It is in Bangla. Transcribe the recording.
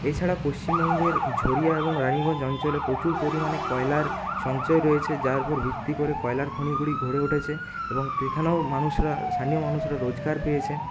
এছাড়া পশ্চিমবঙ্গের ঝরিয়া এবং রাণীগঞ্জ অঞ্চলে প্রচুর পরিমাণে কয়লার সঞ্চয় রয়েছে যার উপর ভিত্তি করে কয়লার খনিগুলি গড়ে উঠেছে এবং সেখানেও মানুষরা স্থানীয় মানুষরা রোজকার পেয়েছে